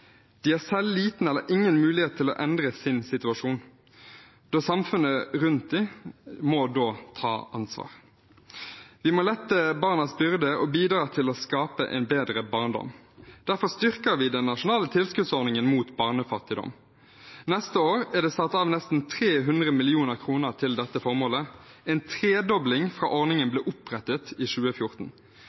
De har selv liten eller ingen mulighet til å endre sin situasjon. Samfunnet rundt dem må da ta ansvar. Vi må lette barnas byrde og bidra til å skape en bedre barndom. Derfor styrker vi den nasjonale tilskuddsordningen mot barnefattigdom. Neste år er det satt av nesten 300 mill. kr til dette formålet – en tredobling fra ordningen ble opprettet i 2014.